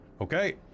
Okay